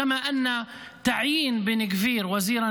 אדוני.